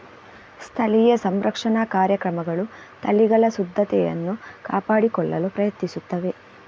ಸ್ಥಳೀಯ ಸಂರಕ್ಷಣಾ ಕಾರ್ಯಕ್ರಮಗಳು ತಳಿಗಳ ಶುದ್ಧತೆಯನ್ನು ಕಾಪಾಡಿಕೊಳ್ಳಲು ಪ್ರಯತ್ನಿಸುತ್ತಿವೆ